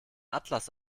atlas